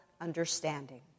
understanding